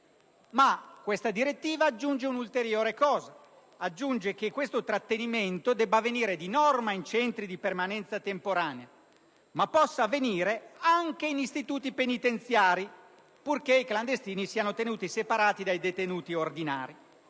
Ma questa direttiva aggiunge che tale trattenimento deve avvenire di norma in centri di permanenza temporanea, ma possa avvenire anche in istituti penitenziari, purché i clandestini siano tenuti separati dai detenuti ordinari;